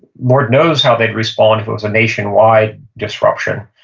lord knows how they'd respond if it was a nationwide disruption.